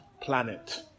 planet